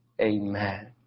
Amen